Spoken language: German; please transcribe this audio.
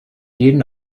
jeden